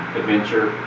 adventure